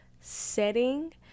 setting